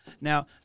Now